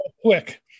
quick